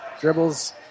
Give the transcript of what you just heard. dribbles